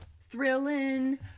thrilling